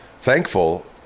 thankful